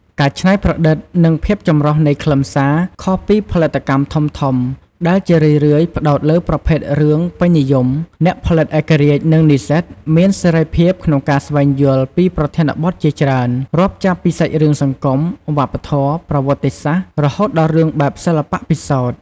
ការច្នៃប្រឌិត និងភាពចម្រុះនៃខ្លឹមសារ ខុសពីផលិតកម្មធំៗដែលជារឿយៗផ្ដោតលើប្រភេទរឿងពេញនិយម អ្នកផលិតឯករាជ្យ និងនិស្សិតមានសេរីភាពក្នុងការស្វែងយល់ពីប្រធានបទជាច្រើន រាប់ចាប់ពីសាច់រឿងសង្គម វប្បធម៌ ប្រវត្តិសាស្ត្រ រហូតដល់រឿងបែបសិល្បៈពិសោធន៍។